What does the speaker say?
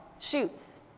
shoots